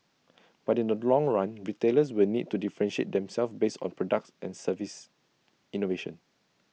but in the long run retailers will need to differentiate themselves based on products and service innovation